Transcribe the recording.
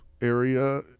area